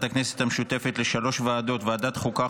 הכנסת המשותפת לשלוש ועדות: ועדת החוקה,